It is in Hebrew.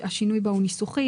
השינוי בה היא ניסוחי.